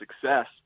success